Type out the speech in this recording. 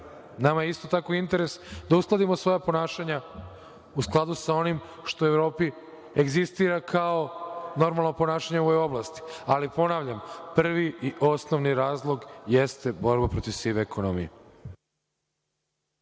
Nama je isto tako interes da uskladimo svoja ponašanja u skladu sa onim što u Evropi egzistira kao normalno ponašanje u ovoj oblasti. Ali, ponavljam, prvi i osnovni razlog jeste borba protiv sive ekonomije.